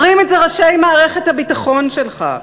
אומרים את זה ראשי מערכת הביטחון שלך.